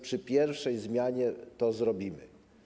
Przy pierwszej zmianie to zrobimy.